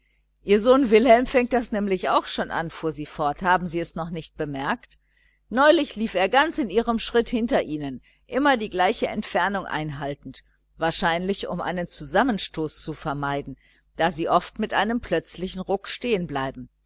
ihr wilhelm fängt das nämlich auch schon an fuhr sie fort haben sie es noch nicht bemerkt neulich lief er ganz in ihrem schritt hinter ihnen immer die gleiche entfernung einhaltend wahrscheinlich um einen zusammenstoß zu vermeiden da sie oft mit einem plötzlichen ruck